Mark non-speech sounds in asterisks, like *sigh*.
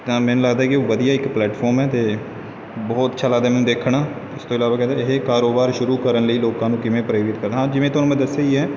ਤਾਂ ਮੈਨੂੰ ਲੱਗਦਾ ਕਿ ਵਧੀਆ ਇੱਕ ਪਲੈਟਫਾਰਮ ਹੈ ਅਤੇ ਬਹੁਤ ਅੱਛਾ ਲੱਗਦਾ ਮੈਂ ਦੇਖਣਾ ਇਸ ਤੋਂ ਇਲਾਵਾ *unintelligible* ਇਹ ਕਾਰੋਬਾਰ ਸ਼ੁਰੂ ਕਰਨ ਲਈ ਲੋਕਾਂ ਨੂੰ ਕਿਵੇਂ ਪ੍ਰੇਰਿਤ ਕਰਨਾ ਹਾਂ ਜਿਵੇਂ ਤੁਹਾਨੂੰ ਮੈਂ ਦੱਸਿਆ ਹੀ ਹੈ